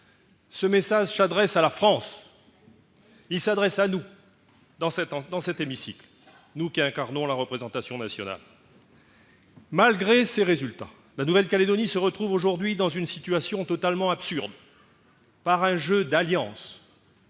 mais aussi à la France, à nous qui sommes dans cet hémicycle et qui incarnons la représentation nationale. Malgré ces résultats, la Nouvelle-Calédonie se retrouve aujourd'hui dans une situation totalement absurde. Par un jeu d'alliances,